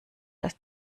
dass